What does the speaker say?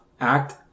act